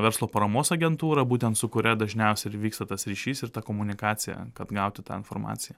verslo paramos agentūrą būtent su kuria dažniausiai ir vyksta tas ryšys ir ta komunikacija kad gauti tą informaciją